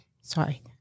sorry